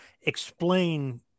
explain